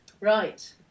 Right